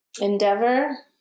endeavor